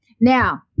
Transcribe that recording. Now